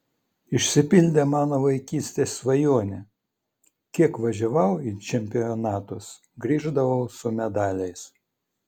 išsipildė mano vaikystės svajonė kiek važiavau į čempionatus grįždavau su medaliais